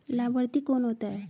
लाभार्थी कौन होता है?